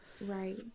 right